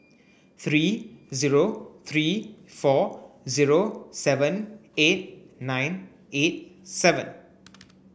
three zero three four seven eight nine eight seven